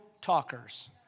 talkers